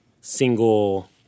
single